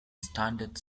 standard